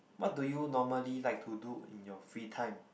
what do you normally like to do in your free time